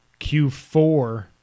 Q4